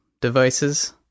devices